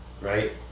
right